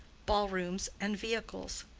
ball-rooms, and vehicles.